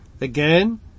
again